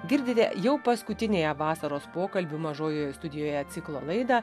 girdite jau paskutinėje vasaros pokalbių mažojoje studijoje ciklo laidą